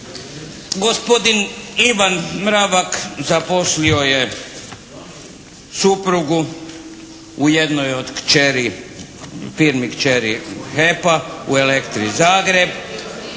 gospodin Ivan Mravak zaposlio je suprugu u jednoj od kćeri, firmi kćeri HEP-a u "Elektri Zagreb",